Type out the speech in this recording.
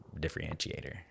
differentiator